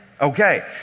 okay